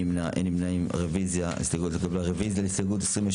הצבעה הרוויזיה לא נתקבלה הרוויזיה לא התקבלה.